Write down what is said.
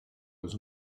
was